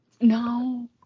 No